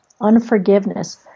unforgiveness